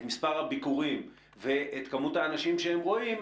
מספר הביקורים ואת כמות האנשים שהם רואים,